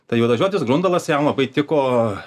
tai juodažiotis grundalas jam labai tiko